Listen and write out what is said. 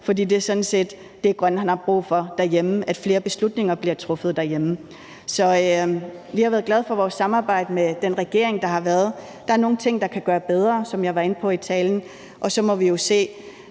for det er sådan det, Grønland har brug for derhjemme, altså at flere beslutninger bliver truffet derhjemme. Så vi har været glade for vores samarbejde med den regering, der har været. Der er nogle ting, der kan gøres bedre, som jeg var inde på i talen, og så må vi jo se.